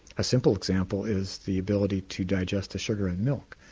a simple example is the ability to digest the sugar in milk.